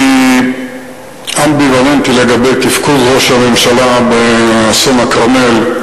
אני אמביוולנטי לגבי תפקוד ראש הממשלה באסון הכרמל.